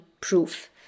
proof